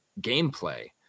gameplay